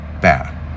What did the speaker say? bad